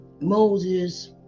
Moses